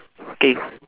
okay